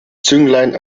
zünglein